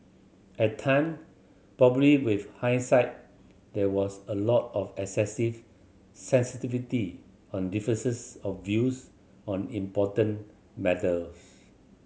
at time probably with hindsight there was a lot of excessive sensitivity on differences of views on important matters